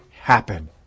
happen